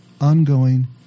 ongoing